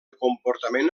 comportament